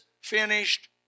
finished